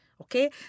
Okay